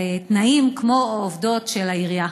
תנאים כמו עובדות של העירייה.